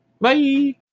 Bye